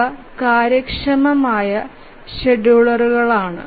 ഇവ കാര്യക്ഷമമായ ഷെഡ്യൂളറാണ്